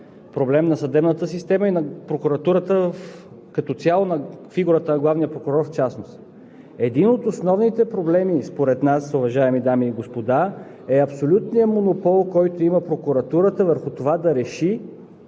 проблем на съдебната система и на прокуратурата, като цяло на фигурата на главния прокурор, в частност. Един от основните проблеми според нас, уважаеми дами и господа, е абсолютният монопол, който има прокуратурата, върху това да реши